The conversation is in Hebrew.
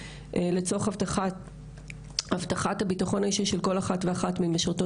לצורך הבטחת הביטחון האישי של כל אחת ואחת מהמשרתות